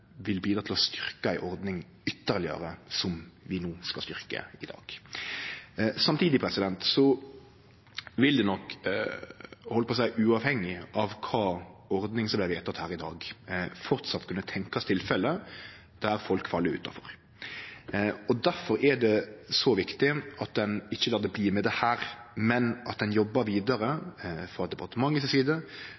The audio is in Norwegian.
vil bidra til ytterlegare å styrkje ei ordning som vi no skal styrkje i dag. Samtidig vil det nok – eg heldt på å seie – uavhengig av kva ordning som blir vedtatt her i dag, fortsatt kunne tenkjast tilfelle der folk fell utanfor. Derfor er det så viktig at ein ikkje lar det bli med dette, men at ein jobbar vidare